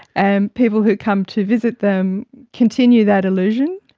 and people who come to visit them continue that illusion.